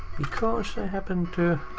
because i happen to